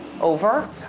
over